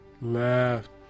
left